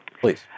Please